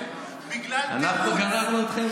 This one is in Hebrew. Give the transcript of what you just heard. אנחנו גררנו אתכם?